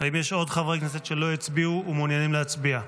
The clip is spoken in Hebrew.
האם יש עוד חברי כנסת שלא הצביעו ומעוניינים להצביע?